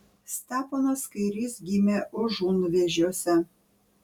steponas kairys gimė užunvėžiuose